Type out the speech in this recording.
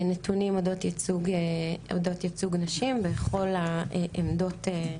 נתונים אודות ייצוג נשים בכל העמדות,